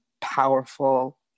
powerful